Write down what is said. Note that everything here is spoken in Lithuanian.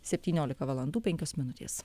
septyniolika valandų penkios minutės